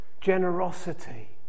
generosity